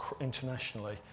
internationally